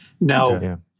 Now